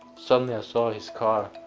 suddenly i saw his car,